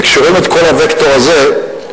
כשרואים את כל הווקטור הזה,